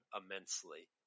immensely